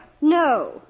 No